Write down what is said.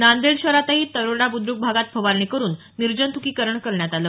नांदेड शहरातही तरोडा बुद्र्क भागात फवारणी करून निर्जूंतकीकरण करण्यात आल